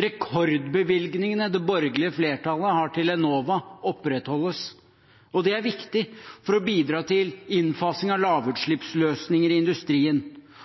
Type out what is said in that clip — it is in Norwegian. Rekordbevilgningene det borgerlige flertallet har til Enova, opprettholdes, og det er viktig for å bidra til innfasing av lavutslippsløsninger i industrien.